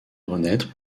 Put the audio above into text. renaître